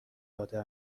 داده